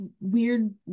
weird